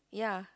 yea